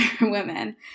women